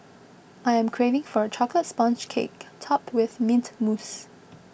I am craving for a Chocolate Sponge Cake Topped with Mint Mousse